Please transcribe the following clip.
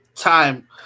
time